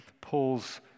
Paul's